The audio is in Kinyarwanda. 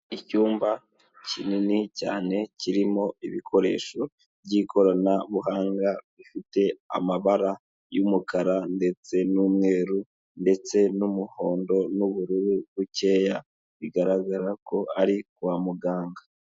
Icyumba kinini cyane kirimo ibikoresho by'ikoranabuhanga bifite amabara y'umukara ndetse n'umweru ndetse n'umuhondo n'ubururu bukeya bigaragara ko ari kwa muganga.